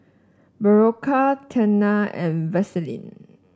Berocca Tena and Vaselin